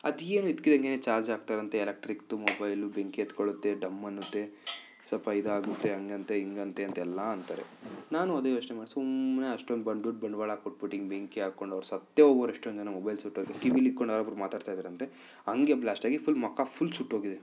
ಅದೇನು ಇದ್ದಕ್ಕಿದ್ದಂಗೇ ಚಾರ್ಜ್ ಹಾಕ್ತಾರಂತೆ ಎಲೆಕ್ಟ್ರಿಕ್ದು ಮೊಬೈಲು ಬೆಂಕಿ ಹತ್ಕೊಳುತ್ತೆ ಡಮ್ ಅನ್ನುತ್ತೆ ಸ್ವಲ್ಪ ಇದಾಗುತ್ತೆ ಹಂಗಂತೆ ಹಿಂಗಂತೆ ಅಂತೆಲ್ಲ ಅಂತಾರೆ ನಾನು ಅದೇ ಯೋಚನೆ ಮಾಡಿದೆ ಸುಮ್ನೆ ಅಷ್ಟೊಂದು ಬಂಡ ದುಡ್ಡು ಬಂಡವಾಳ ಕೊಟ್ಬಿಟ್ಟು ಹಿಂಗೆ ಬೆಂಕಿ ಹಾಕ್ಕೊಂಡು ಅವ್ರು ಸತ್ತೇ ಹೋಗವ್ರೆ ಎಷ್ಟೊಂದು ಜನ ಮೊಬೈಲ್ ಸುಟ್ಟೋದರೆ ಕಿವಿಲ್ಲಿಟ್ಕೊಂಡು ಯಾರೋ ಒಬ್ರು ಮಾತಾಡ್ತಾ ಇದ್ರಂತೆ ಹಂಗೆ ಬ್ಲಾಸ್ಟ್ ಆಗಿ ಫುಲ್ ಮುಖ ಫುಲ್ ಸುಟ್ಟೋಗಿದೆ